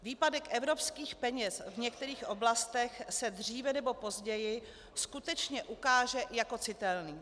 Výpadek evropských peněz v některých oblastech se dříve nebo později skutečně ukáže jako citelný.